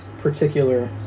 particular